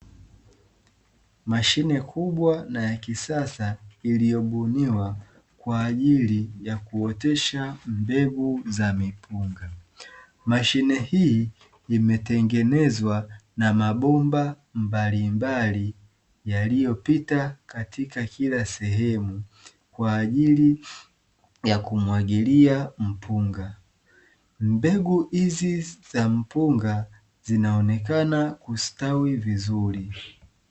Mashine kubwa na ya kisasa iliyobuniwa kwa ajili ya kuotesha mbegu za mipunga. Mashine hii imetengenezwa na mabomba mbalimbali, yaliyopita katika kila sehemu kwa ajili ya kumwagilia mpunga. Mbegu hizi za mpunga zinaonekana kustawi vizuri.